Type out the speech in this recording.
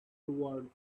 toward